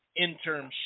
internship